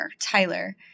Tyler